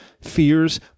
fears